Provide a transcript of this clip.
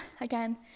again